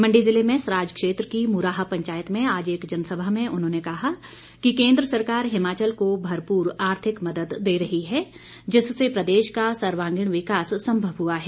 मंडी जिले में सराज क्षेत्र की मुराह पंचायत में आज एक जनसभा में उन्होंने कहा कि केंद्र सरकार हिमाचल को भरपूर आर्थिक मदद दे रही है जिससे प्रदेश का सर्वांगीण विकास संभव हुआ है